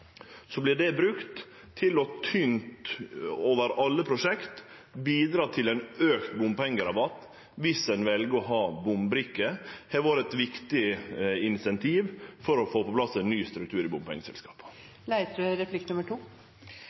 til, tynt over alle prosjekt, å bidra til ein auka bompengerabatt viss ein vel å ha bombrikke. Det har vore eit viktig insentiv for å få på plass ein ny struktur i